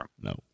no